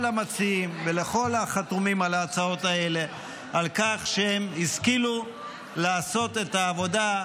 המציעים ולכל החתומים על ההצעות האלה על כך שהם השכילו לעשות את העבודה,